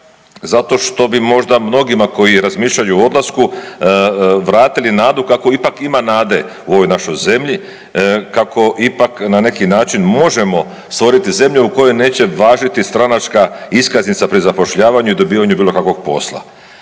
zato što bi možda mnogima koji razmišljaju o odlasku vratili nadu kako ipak ima nade u ovoj našoj zemlji, kako ipak na neki način možemo stvoriti zemlju u kojoj neće važiti stranačka iskaznica pri zapošljavanju i dobivanju bilo kakvog posla.